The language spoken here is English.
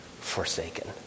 forsaken